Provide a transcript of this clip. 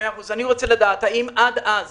אני רוצה לדעת, האם עד אז